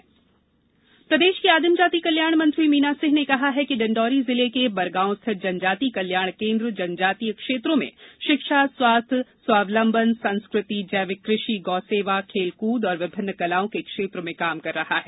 driving school प्रदेष की आदिम जाति कल्याण मंत्री मीना सिंह ने कहा कि डिंडौरी जिले के बरगांव स्थित जनजाति कल्याण केंद्र जनजातीय क्षेत्रों में षिक्षा स्वास्थ्य स्वालंबन संस्कृति जैविक कृषि गौसेवा खेल कृद और विभिन्न कलाओं के क्षेत्र में काम कर रहा है